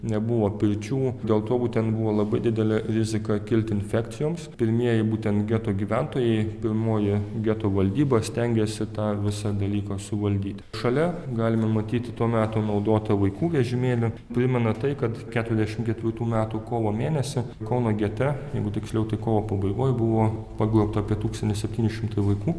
nebuvo pirčių dėl to būtent buvo labai didelė rizika kilti infekcijoms pirmieji būtent geto gyventojai pirmoji geto valdyba stengėsi tą visą dalyką suvaldyti šalia galime matyti to meto naudotą vaikų vežimėlį primena tai kad keturiasdešimt ketvirtų metų kovo mėnesį kauno gete jeigu tiksliau tai kovo pabaigoj buvo pagrobta apie tūkstantis septyni šimtai vaikų